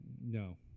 No